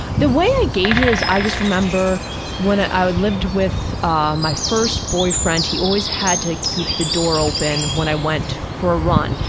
the way i gauge it, is, i just remember when ah i lived with ah my first boyfriend, he always had to keep the door open when i went for a run.